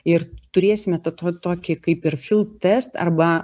ir turėsime tą to tokį kaip ir fildtest arba